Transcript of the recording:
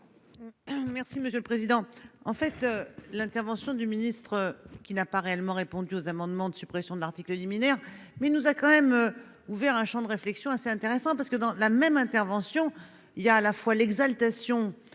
Merci monsieur le président. En fait, l'intervention du ministre qui n'a pas réellement répondu aux amendements de suppression de l'article liminaire mais il nous a quand même ouvert un Champ de réflexion assez intéressant parce que dans la même intervention. Il y a à la fois l'exaltation